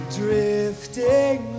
drifting